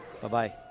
Bye-bye